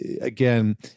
again